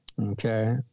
Okay